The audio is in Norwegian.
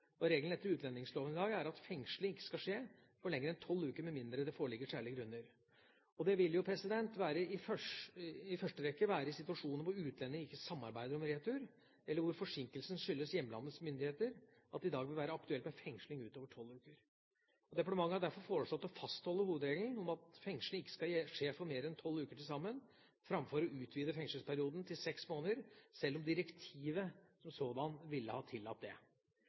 myndigheter. Regelen etter utlendingsloven i dag er at fengsling ikke skal skje for lenger enn 12 uker med mindre det foreligger særlige grunner. Det vil i første rekke være situasjoner hvor utlendinger ikke samarbeider om retur, eller hvor forsinkelsen skyldes hjemlandets myndigheter, at det i dag vil være aktuelt med fengsling utover 12 uker. Departementet har derfor foreslått å fastholde hovedregelen om at fengsling ikke skal skje for mer enn 12 uker til sammen, framfor å utvide fengslingsperioden til seks måneder, selv om direktivet som sådant ville ha tillatt det.